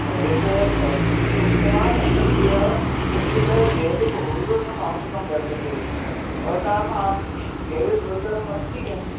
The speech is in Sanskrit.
यत् स्वामी उक्तवान् अद्य किञ्चित् जैवक ऊर्वकम् आवश्यकं वर्तते भवताम् आपणे जैविक ऊर्वकम् अस्ति किं